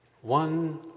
One